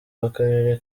w’akarere